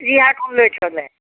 ৰিহাখন লৈ থ'লে